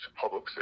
public